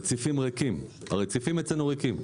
הרציפים אצלנו ריקים.